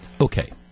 Okay